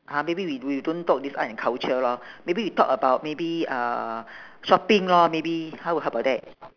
!huh! maybe we we don't talk this art and culture lor maybe we talk about maybe uh shopping lor maybe how how about that